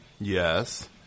Yes